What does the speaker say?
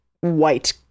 white